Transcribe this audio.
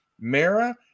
Mara